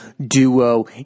duo